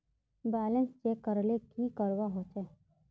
Balance check करले की करवा होचे?